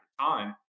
time